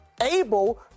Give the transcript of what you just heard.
Able